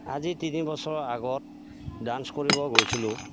আজি তিনি বছৰ আগত ডান্স কৰিব গৈছিলোঁ